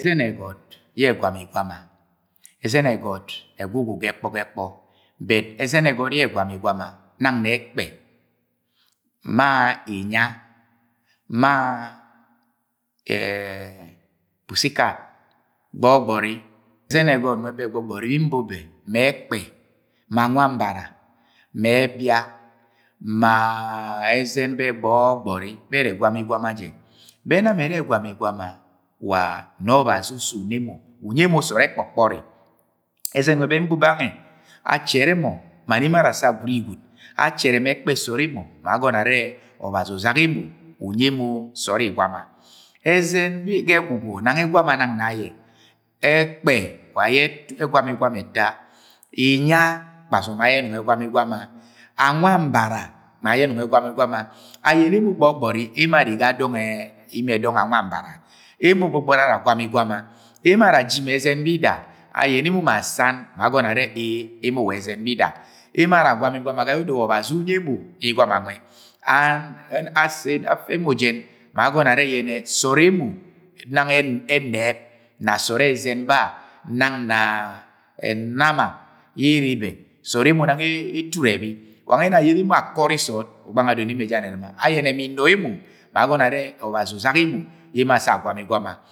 Ẹzẹnẹ ẹgọt yẹ ẹrẹ ẹgwama igwama, ẹzẹnẹ ẹgọt ẹgwugwu ga ẹkpọ ga ẹkpọ. Ashi ẹzẹnẹ ẹgọt nang ẹkpẹ, ma inya, ma ẹma pussy cat, gbọgbọri, ẹzẹnẹ ẹgọt nwẹbẹ gwud yẹ mbo bẹ, ma ẹkpẹ ma awanmbara ma ẹbia, mm ma ẹzẹn bẹ gbọgbọri bẹ ẹrẹ egwama igwama jẹ. Bẹ ẹrẹ ẹna mọ ẹrẹ ẹgwama igwama wa nẹ Obazi ussẹ una emo, unyi emo sọọd ẹkpọkpọri. Ẹzẹn nwẹbẹ gwud nbo bẹ gange, achẹrẹ mọ ma nẹ emo ara assẹ agwuro igwɨd, achẹrẹ ẹkpa ẹ sọọd emo ma agọnọ arẹ yẹnẹ Obazi usaga emo unọng unyi emo sọọd igwama. Ẹzẹn ga ẹgwugwu nana ẹgwama na ayẹ. Ẹkpẹ wa ayẹ ẹgwama igwama ẹta, inya kpasuk ma ayẹ enọng ẹgwama igwama. Awanmbara wa ayẹ ẹbọni ẹgwama igwama. Ayẹnẹ emo gbọgbọri, emo gwud arre ga imi ẹ dọng awanmbara. Emo gwud ara agwama igwama. mo arọ aji ma ẹzẹn bida. Ayẹnẹ emo ma san, ma agọnọ arẹ ee emo wa ẹzẹn bida, Emo ara agwama igwama ga yẹ Ọdọ wa Obazi unyi emo igwama nwe ma nẹ afẹ mọ jẹn ma agọnọ arẹ sọọd emo ẹnẹb na sọọd, ẹzẹn ba nang na nama ẹvọm ere bẹ sọọd emo ẹturi ẹbi nangẹ ena emo akọri sọọd, ugbang adọn yẹ ere emo ga imi erɨrɨm, wa gange anọng assẹ agọnọ arẹ Obazi usaga emo sẹ emo agwama igwama.